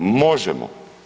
Možemo.